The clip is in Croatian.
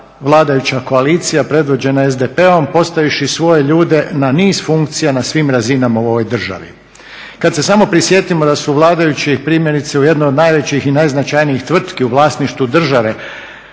vladajuća koalicija predvođena SDP-om postavivši svoje ljudi na niz funkcija na svim razinama u ovoj državi. Kada se samo prisjetimo da su vladajući primjerice u jednoj od najvećih i najznačajnijih tvrtki u vlasništvu države